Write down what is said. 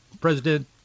President